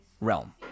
realm